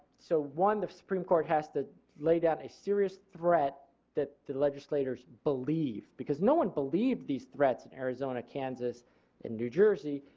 so one the supreme court has to lay down a serious threat that the legislatures believe because no one believed these threats in arizona and kansas and new jersey.